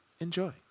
Enjoy